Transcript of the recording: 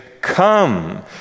come